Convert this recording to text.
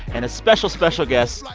and a special, special guest,